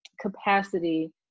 capacity